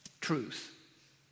truth